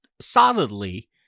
solidly